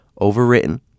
overwritten